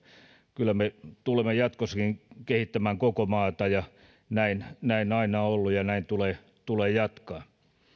kyllä me tulemme jatkossakin kehittämään koko maata ja näin näin aina on ollut ja näin tulee tulee jatkaa